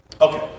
Okay